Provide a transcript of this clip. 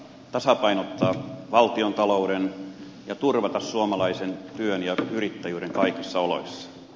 tasapainottaa valtiontalouden ja turvata suomalaisen työn ja yrittäjyyden kaikissa oloissa